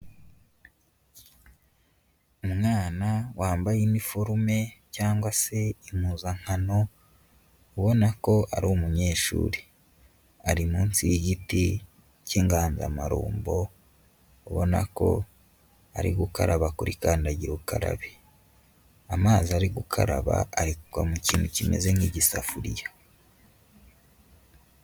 Umwana wambaye iniforume cyangwa se impuzankano ubona ko ari umunyeshuri. Ari munsi y'igiti cy'inganzamarumbo, ubona ko ari gukaraba kuri kandagira ukarabe. Amazi ari gukaraba, ari kugwa mu kintu kimeze nk'igisafuriya.